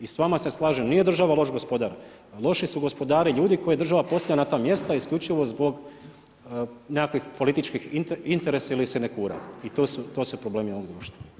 I s vama se slažem, nije država loš gospodar, loši su gospodari ljudi koje država postavlja na ta mjesta isključivo zbog nekakvih političkih interesa ili sinekura i to su problemi ovog društva.